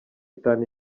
itanu